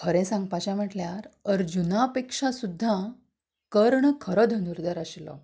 खरें सांगपाचें म्हणल्यार अर्जूना पेक्षा सुद्दां कर्ण खरो धर्नुधर आशिल्लो